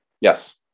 Yes